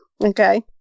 Okay